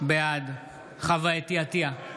בעד חוה אתי עטייה,